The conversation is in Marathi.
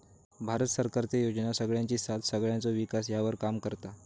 भारत सरकारचे योजना सगळ्यांची साथ सगळ्यांचो विकास ह्यावर काम करता